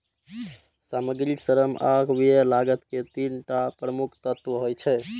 सामग्री, श्रम आ व्यय लागत के तीन टा प्रमुख तत्व होइ छै